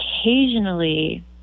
occasionally